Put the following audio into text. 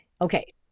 Okay